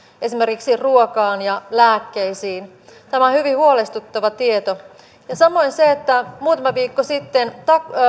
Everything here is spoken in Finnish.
esimerkiksi ruokaan ja lääkkeisiin tämä on hyvin huolestuttava tieto ja samoin se että muutama viikko sitten